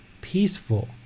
peaceful